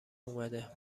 اومده